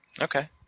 Okay